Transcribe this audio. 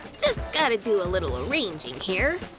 just gotta do a little arranging here,